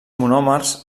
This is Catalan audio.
monòmers